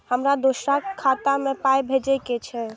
हमरा दोसराक खाता मे पाय भेजे के छै?